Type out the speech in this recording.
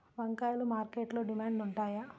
వంకాయలు మార్కెట్లో డిమాండ్ ఉంటాయా?